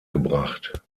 gebracht